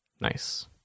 Nice